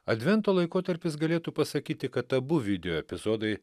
advento laikotarpis galėtų pasakyti kad abu video epizodai